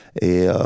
Et